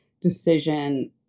decision